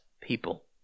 people